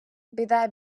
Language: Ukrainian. біда